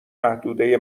محدوده